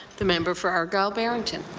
the member for argyle-barrington.